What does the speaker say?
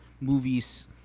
movies